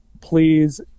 please